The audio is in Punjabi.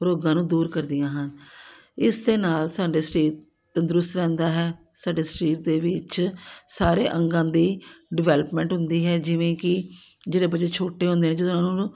ਰੋਗਾਂ ਨੂੰ ਦੂਰ ਕਰਦੀਆਂ ਹਨ ਇਸ ਦੇ ਨਾਲ ਸਾਡਾ ਸਰੀਰ ਤੰਦਰੁਸਤ ਰਹਿੰਦਾ ਹੈ ਸਾਡੇ ਸਰੀਰ ਦੇ ਵਿੱਚ ਸਾਰੇ ਅੰਗਾਂ ਦੀ ਡਿਵੈਲਪਮੈਂਟ ਹੁੰਦੀ ਹੈ ਜਿਵੇਂ ਕਿ ਜਿਹੜੇ ਬੱਚੇ ਛੋਟੇ ਹੁੰਦੇ ਨੇ ਜਦੋਂ ਉਹਨਾਂ ਨੂੰ